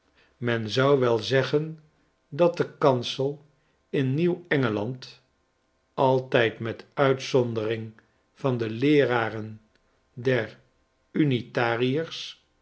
men zou wel zeggen dat de kansel in nieuw engeland altijd met uitzondering van de leeraren der unitariers